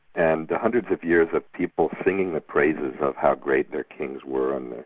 and the hundreds of years of people singing the praises of how great their kings were